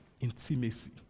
Intimacy